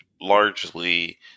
largely